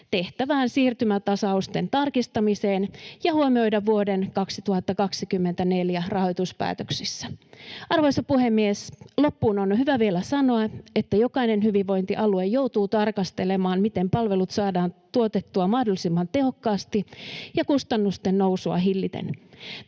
tehtävään siirtymätasausten tarkistamiseen ja huomioida vuoden 2024 rahoituspäätöksissä. Arvoisa puhemies! Loppuun on hyvä vielä sanoa, että jokainen hyvinvointialue joutuu tarkastelemaan, miten palvelut saadaan tuotettua mahdollisimman tehokkaasti ja kustannusten nousua hilliten.